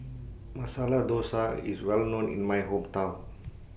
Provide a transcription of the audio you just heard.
Masala Dosa IS Well known in My Hometown